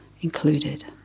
included